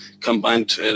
combined